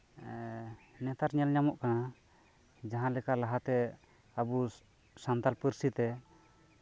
ᱱᱮᱛᱟᱨ ᱧᱮᱞ ᱧᱟᱢᱚᱜ ᱠᱟᱱᱟ ᱡᱟᱸᱦᱟ ᱞᱮᱠᱟ ᱞᱟᱦᱟᱛᱮ ᱟᱵᱚ ᱥᱟᱱᱛᱟᱲ ᱯᱟᱹᱨᱥᱤ ᱛᱮ